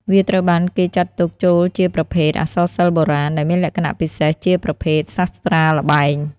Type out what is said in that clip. វាត្រូវបានគេចាត់ចូលជាប្រភេទ អក្សរសិល្ប៍បុរាណ ដែលមានលក្ខណៈពិសេសជា ប្រភេទសាស្រ្តាល្បែង។